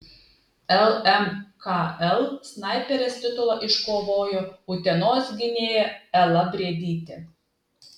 lmkl snaiperės titulą iškovojo utenos gynėja ela briedytė